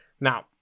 Now